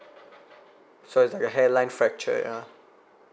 so it's like a hair line fracture ya